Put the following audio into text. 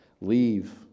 leave